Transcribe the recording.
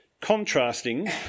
contrasting